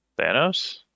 Thanos